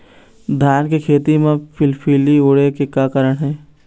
धान के खेती म फिलफिली उड़े के का कारण हे?